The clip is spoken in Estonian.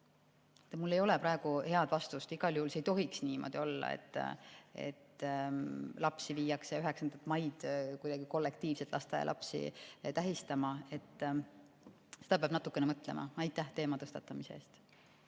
Mul ei ole praegu head vastust. Igal juhul see ei tohiks niimoodi olla, et lasteaialapsi viiakse 9. maid kuidagi kollektiivselt tähistama. Seda peab natuke mõtlema. Aitäh teema tõstatamise eest!